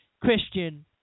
Christian